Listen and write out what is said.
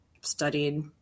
studied